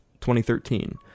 2013